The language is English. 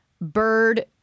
Bird